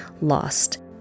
lost